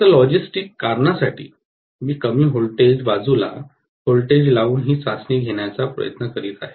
फक्त लॉजिस्टिक कारणासाठी मी कमी व्होल्टेज बाजूला व्होल्टेज लावून ही चाचणी घेण्याचा प्रयत्न करीत आहे